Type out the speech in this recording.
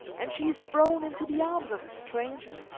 and she is thrown into the arms of a stranger.